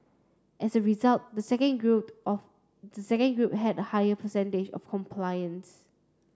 as a result the second group of the second group had a higher percentage of compliance